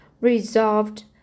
resolved